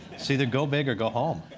it's either go big or go home.